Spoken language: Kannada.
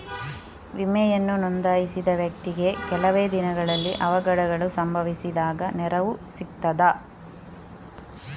ವಿಮೆಯನ್ನು ನೋಂದಾಯಿಸಿದ ವ್ಯಕ್ತಿಗೆ ಕೆಲವೆ ದಿನಗಳಲ್ಲಿ ಅವಘಡಗಳು ಸಂಭವಿಸಿದಾಗ ನೆರವು ಸಿಗ್ತದ?